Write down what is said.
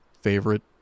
favorite